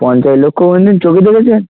পঞ্চাশ লক্ষ কোনো দিন চোখে দেখেছেন